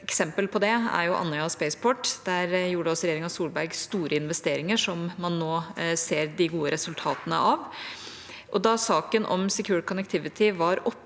Et eksempel på det er Andøya Spaceport. Der gjorde regjeringa Solberg store investeringer som man nå ser de gode resultatene av. Da saken om Secure Connectivity var oppe i den